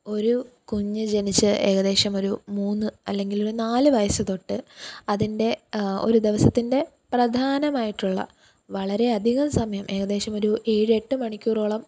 ഒരു കുഞ്ഞ് ജനിച്ച് ഏകദേശം ഒരു മൂന്ന് അല്ലെങ്കിലൊരു നാല് വയസ്സ് തൊട്ട് അതിൻ്റെ ഒരു ദിവസത്തിൻ്റെ പ്രധാനമായിട്ടുള്ള വളരെയധികം സമയം ഏകദേശം ഒരു ഏഴ് എട്ട് മണിക്കൂറോളം